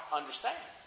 understand